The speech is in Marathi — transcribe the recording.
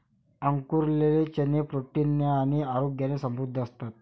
अंकुरलेले चणे प्रोटीन ने आणि आरोग्याने समृद्ध असतात